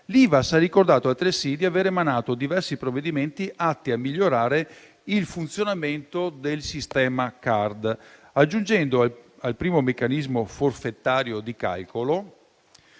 L'Ivass ha ricordato altresì di aver emanato diversi provvedimenti atti a migliorare il funzionamento del sistema CARD, aggiungendo al primo meccanismo forfettario di calcolo